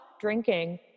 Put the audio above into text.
drinking